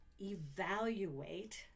evaluate